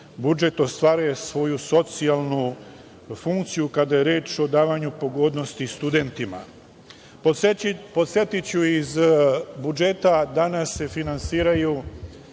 budžet ostvaruje svoju socijalnu funkciju kada je reč o davanju pogodnosti studentima. Podsetiću, iz budžeta danas se finansira